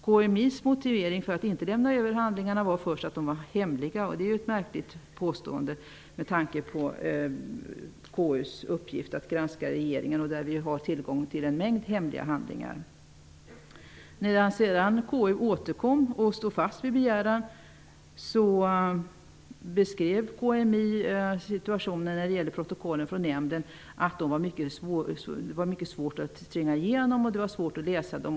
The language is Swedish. KMI:s motivering för att inte lämna över handlingarna var först att de var hemliga. Det är ett märkligt påstående, med tanke på KU:s uppgift att granska regeringen. Vi har ju tillgång till en mängd hemliga handlingar i det arbetet. När sedan KU återkom och stod fast vid begäran, beskrev KMI situationen när det gäller protokollen från nämnden och sade att de var mycket svåra att tränga igenom. Det var svårt att läsa dem.